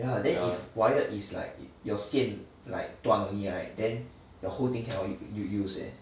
yeah then if wired is like your 线 like 断 only right then the whole thing cannot u~ u~ use eh